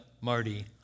Marty